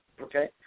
Okay